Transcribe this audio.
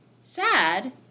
sad